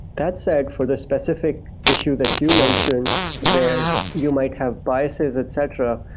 that said, for the specific issue that you mention where you might have biases, etc,